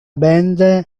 band